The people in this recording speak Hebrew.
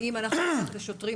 אבל אנחנו צריכים גם שוטרים